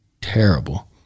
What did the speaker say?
terrible